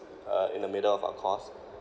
uh in the middle of our course